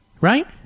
Right